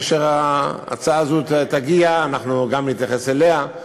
כאשר ההצעה הזאת תגיע אנחנו נתייחס גם אליה.